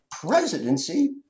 presidency